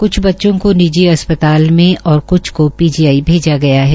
क्छ बच्चो को निजी अस्पताल में और क्छ को पीजीआई भेजा गया है